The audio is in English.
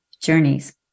journeys